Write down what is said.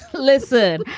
listen,